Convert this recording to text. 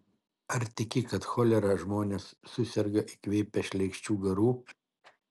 ar tiki kad cholera žmonės suserga įkvėpę šleikščių garų